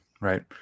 right